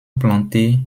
planté